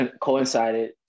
Coincided